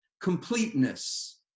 completeness